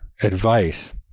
advice